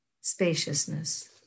spaciousness